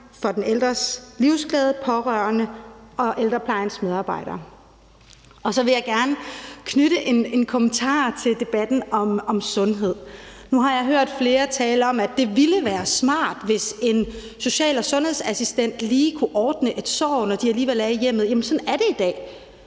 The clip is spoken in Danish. for den ældres livsglæde og pårørende og ældreplejens medarbejdere. Så vil jeg gerne knytte en kommentar til debatten om sundhed. Nu har jeg hørt flere tale om, at det ville være smart, hvis en social- og sundhedsassistent lige kunne ordne et sår, når de alligevel er i hjemmet. Jamen sådan er det i dag.